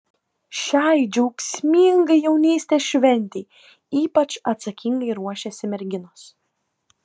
šiai džiaugsmingai jaunystės šventei ypač atsakingai ruošiasi merginos